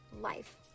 life